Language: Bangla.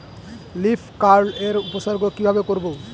লিফ কার্ল এর উপসর্গ কিভাবে করব?